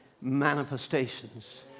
manifestations